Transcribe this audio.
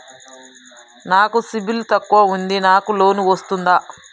నాకు సిబిల్ తక్కువ ఉంది నాకు లోన్ వస్తుందా?